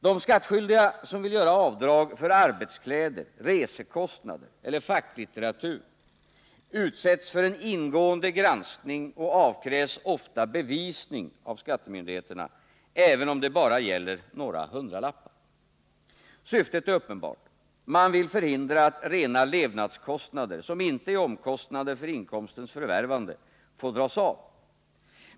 De skattskyldiga som vill göra avdrag för arbetskläder, resekostnader eller facklitteratur utsätts för en ingående granskning och avkrävs ofta bevisning av skattemyndigheterna, även om det bara gäller några hundralappar. Syftet är uppenbart: man vill förhindra att rena levnadskostnader, som inte dras av.